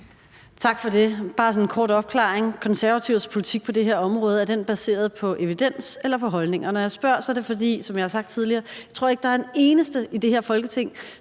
Tak for det. Bare for at få sådan en kort opklaring vil jeg spørge: Er Konservatives politik på det her område baseret på evidens eller på holdninger? Når jeg spørger, er det – som jeg har sagt tidligere – fordi jeg ikke tror, at der er en eneste i det her Folketing,